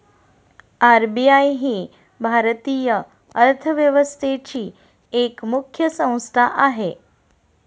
RBI ही भारतीय अर्थव्यवस्थेची एक मुख्य संस्था आहे